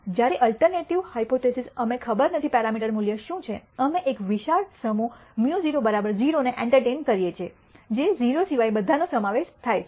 જ્યારે alternative hypothesis અમે ખબર નથી પેરામીટર મૂલ્ય શું છે અમે એક વિશાળ સમૂહ μ₀ 0 ને એન્ટરટેઇન કર્યે છે જે 0 સિવાય બધા નો સમાવેશ થાય છે